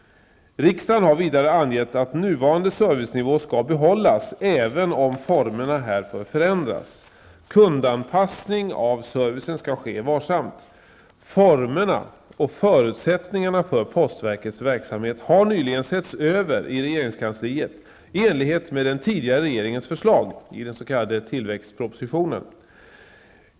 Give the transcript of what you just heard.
Riksdagen har vidare angett att nuvarande servicenivå skall behållas även om formerna härför förändras. Kundanpassning av servicen skall ske varsamt. Formerna och förutsättningarna för postverkets verksamhet har nyligen setts över i regeringskansliet i enlighet med den tidigare regeringens förslag .